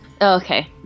Okay